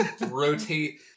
rotate